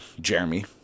Jeremy